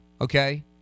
okay